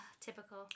typical